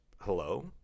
hello